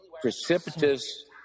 precipitous